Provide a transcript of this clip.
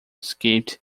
escaped